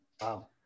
wow